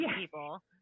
people